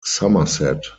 somerset